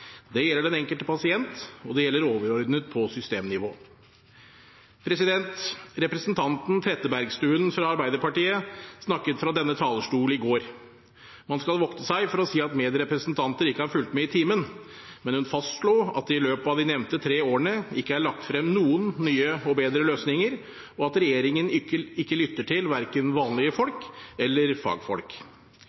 Det gjelder den enkelte pasient, og det gjelder overordnet på systemnivå. Representanten Trettebergstuen fra Arbeiderpartiet snakket fra denne talerstolen i går. Man skal vokte seg for å si at medrepresentanter ikke har fulgt med i timen, men hun fastslo at det i løpet av de nevnte tre årene ikke er lagt frem noen nye og bedre løsninger, og at regjeringen ikke lytter til verken vanlige folk eller fagfolk.